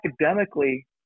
academically